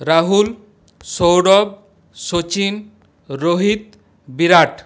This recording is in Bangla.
রাহুল সৌরভ সচীন রোহিত বিরাট